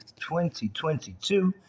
2022